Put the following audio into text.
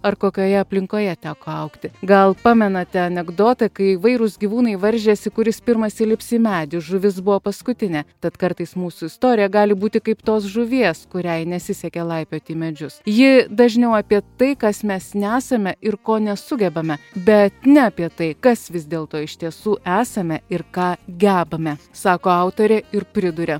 ar kokioje aplinkoje teko augti gal pamenate anekdotą kai įvairūs gyvūnai varžėsi kuris pirmas įlips į medį žuvis buvo paskutinė tad kartais mūsų istorija gali būti kaip tos žuvies kuriai nesisekė laipiot į medžius ji dažniau apie tai kas mes nesame ir ko nesugebame bet ne apie tai kas vis dėlto iš tiesų esame ir ką gebame sako autorė ir priduria